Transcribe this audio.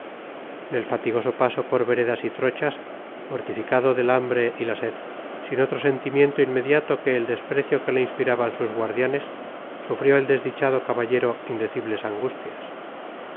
en el fatigoso paso por veredas y trochas mortificado del hambre y la sed sin otro sentimiento inmediato que el desprecio que le inspiraban sus guardianes sufrió el desdichado caballero indecibles angustias